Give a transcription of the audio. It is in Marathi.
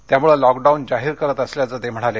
त्यामुळे लॉकडाऊन जाहीर करत असल्याचं ते म्हणाले